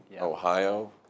Ohio